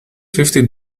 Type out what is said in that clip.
fifty